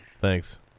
Thanks